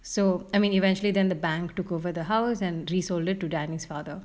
so I mean eventually then the bank took over the house and resold it to danny's father